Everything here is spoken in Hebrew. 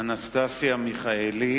אנסטסיה מיכאלי